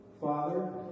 Father